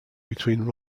between